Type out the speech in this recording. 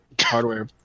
hardware